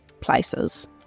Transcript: places